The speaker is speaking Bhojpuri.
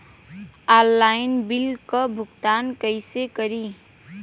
ऑनलाइन बिल क भुगतान कईसे करी?